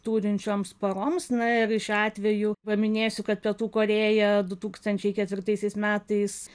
turinčioms poroms na ir šiuo atveju paminėsiu kad pietų korėja du tūkstančiai ketvirtaisiais metais